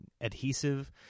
adhesive